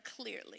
clearly